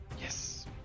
Yes